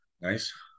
Nice